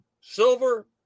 silver